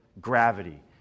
gravity